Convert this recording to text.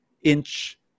inch